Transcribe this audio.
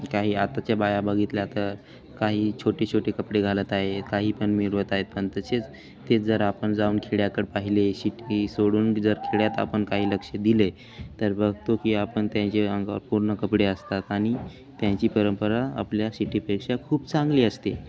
काही आताच्या बाया बघितल्या तर काही छोटे छोटे कपडे घालत आहे काही पण मिरवत आहेत पण तसेच तेच जर आपण जाऊन खेड्याकडे पाहिले शिटी सोडून जर खेड्यात आपण काही लक्ष दिले तर बघतो की आपण त्यांचे अंगावर पूर्ण कपडे असतात आणि त्यांची परंपरा आपल्या सिटीपेक्षा खूप चांगली असते